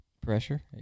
pressure